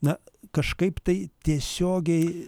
na kažkaip tai tiesiogiai